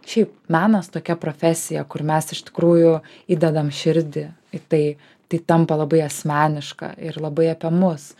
šiaip menas tokia profesija kur mes iš tikrųjų įdedam širdį į tai tai tampa labai asmeniška ir labai apie mus